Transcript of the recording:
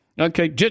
Okay